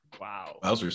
wow